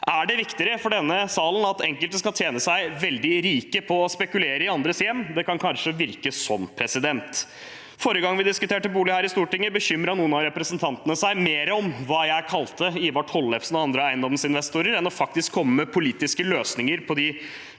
Er det viktigere for denne salen at enkelte skal tjene seg veldig rike på å spekulere i andres hjem? Det kan kanskje virke sånn. Forrige gang vi diskuterte bolig her i Stortinget, bekymret noen av representantene seg mer over hva jeg kalte Ivar Tollefsen og andre eiendomsinvestorer, enn om politiske løsninger på de